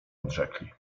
odrzekli